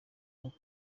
avuga